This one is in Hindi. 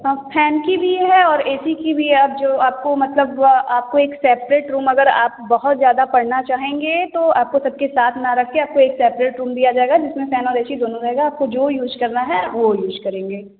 हाँ फैन की भी है और ए सी की भी है आप जो आपको मतलब आपको एक सेपरेट रूम अगर आप बहुत ज़्यादा पढ़ना चाहेंगे तो आपको सबके साथ ना रख के आपको एक सेपरेट रूम दिया जाएगा जिसमें फैन और ए सी दोनों रहेगा आपको जो यूज़ करना है वो यूज़ करेंगे